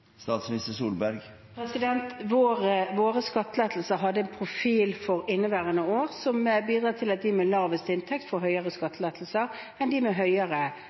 Våre skattelettelser hadde en profil for inneværende år som bidrar til at de med lavest inntekt får høyere skattelettelser enn de med høyere